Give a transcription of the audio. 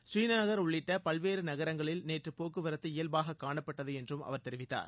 ஸ்ரீநகர் உள்ளிட்ட பல்வேறு நகரங்களில் நேற்று போக்குவரத்து இயல்பாக காணப்பட்டது என்றும் அவர் தெரிவித்தார்